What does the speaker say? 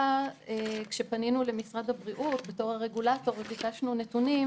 כשפנינו למשרד הבריאות בתור הרגולטור וביקשנו נתונים,